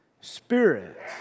spirit